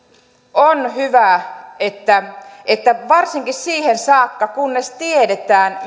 on hyvä että että varsinkin siihen saakka kunnes tiedetään